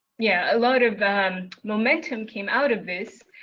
yeah a lot of momentum came out of this,